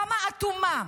כמה אטומה,